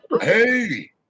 Hey